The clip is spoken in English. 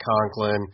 Conklin